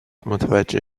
متوجه